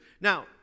Now